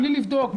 בלי לבדוק,